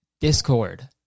Discord